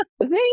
Thank